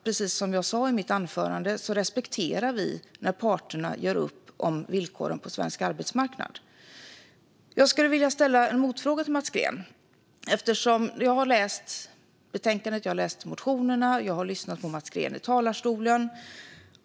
Precis som jag sa i mitt anförande respekterar vi när parterna gör upp om villkoren på svensk arbetsmarknad. Jag har läst betänkandet och motionerna och lyssnat på Mats Green i talarstolen.